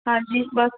ਹਾਂਜੀ ਬਸ